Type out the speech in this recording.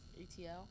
ATL